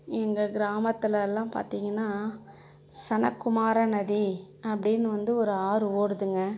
எங்கள் கிராமத்துலலாம் பார்த்தீங்கன்னா சனக்குமாரநதி அப்படின்னு வந்து ஒரு ஆறு ஓடுதுங்கள்